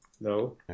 No